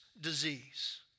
disease